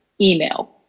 email